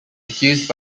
accused